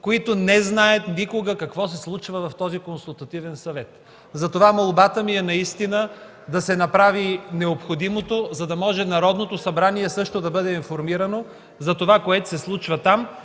които не знаят никога какво се случва в този Консултативен съвет. Затова молбата ми е наистина да се направи необходимото, за да може Народното събрание също да бъде информирано за това, което се случва там,